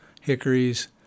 hickories